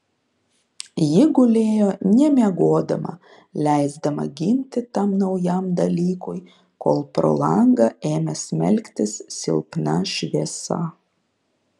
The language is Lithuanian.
ji gulėjo nemiegodama leisdama gimti tam naujam dalykui kol pro langą ėmė smelktis silpna šviesa